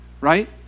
right